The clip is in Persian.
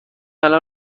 الان